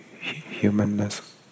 humanness